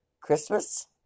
Christmas